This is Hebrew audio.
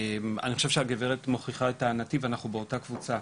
אני חושב שהגברת מוכיחה את הטענתי ואנחנו באותה קבוצה.